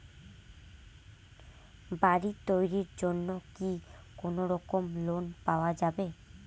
বাড়ি তৈরির জন্যে কি কোনোরকম লোন পাওয়া যাবে?